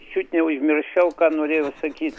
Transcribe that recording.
čiut neužmiršau ką norėjau sakyt